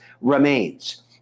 remains